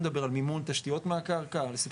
נגיד בנק ישראל פרופ’ אמיר ירון: על מה אתה מדבר?